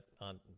on